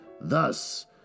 Thus